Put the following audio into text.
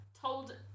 told